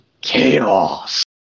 chaos